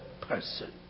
person